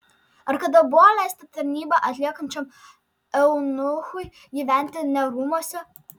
ar kada buvo leista tarnybą atliekančiam eunuchui gyventi ne rūmuose